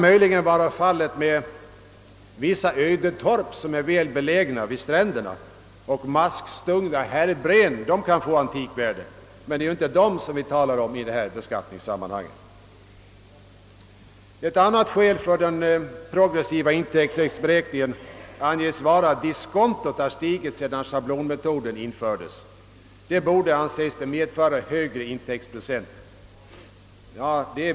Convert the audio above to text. Möjligen kan vissa ödetorp, som är väl belägna vid stränderna, eller maskstungna härbren få ett antikvärde, men det är ju inte om dem vi talar i detta sammanhang. Ett annat skäl för den progressiva intäktsberäkningen anges vara att diskontot har stigit sedan schablonmetoden infördes. Detta borde, anses det, medföra högre intäktsprocent.